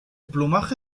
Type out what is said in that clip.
plumaje